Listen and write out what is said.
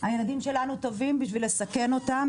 הילדים שלנו טובים בשביל לסכן אותם,